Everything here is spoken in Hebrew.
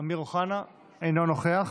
אינו נוכח,